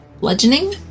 Bludgeoning